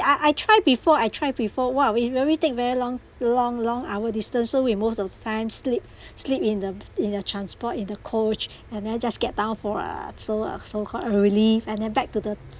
I I try before I try before !wah! it it really take very long long long hour distance so we most of the time sleep sleep in the in the transport in the coach and then just get down for a so uh so called a relief and then back to the t